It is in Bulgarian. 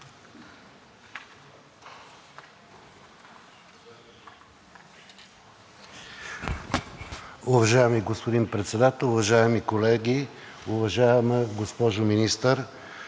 Уважаеми господин Председател, уважаеми колеги! Уважаема госпожо Министър,